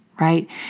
right